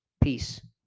Peace